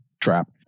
trap